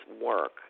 work